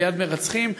ביד מרצחים,